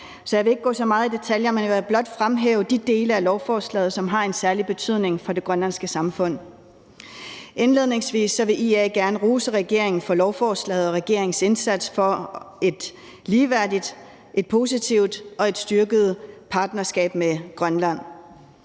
jeg vil ikke gå så meget i detaljer, men jeg vil blot fremhæve de dele af lovforslaget, som har en særlig betydning for det grønlandske samfund. Indledningsvis vil IA gerne rose regeringen for lovforslaget og regeringens indsats for et ligeværdigt, et positivt og et styrket partnerskab med Grønland.